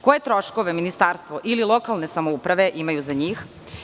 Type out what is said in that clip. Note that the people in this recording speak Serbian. Koje troškove ministarstvo ili lokalne samouprave imaju za njih?